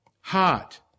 Hot